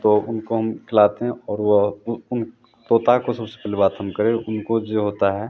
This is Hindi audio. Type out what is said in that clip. तो उनको हम खिलाते हैं और वह उन उन तोता को सबसे पहले बात हम करें उनको जो होता है